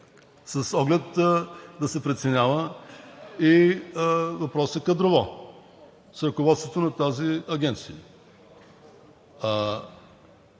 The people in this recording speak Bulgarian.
с оглед да се преценява и въпросът кадрово с ръководството на тази агенция.